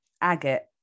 agate